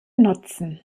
nutzen